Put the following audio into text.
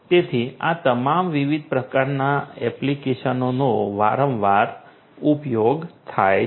તેથી આ તમામ વિવિધ પ્રકારની એપ્લિકેશનોનો વારંવાર ઉપયોગ થાય છે